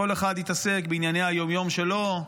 כל אחד התעסק בענייני היום-יום שלו,